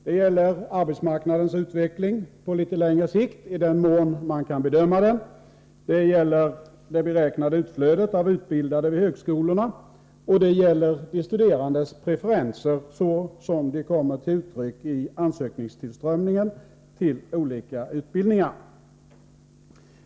Det gäller arbetsmarknadens utveckling på litet längre sikt, i den mån man kan bedöma den, det gäller det beräknade utflödet av utbildade vid högskolorna och det gäller de studerandes preferenser, så som de kommer till uttryck i ansökningstillströmningen till olika utbildningar.